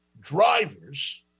drivers